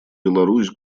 беларусь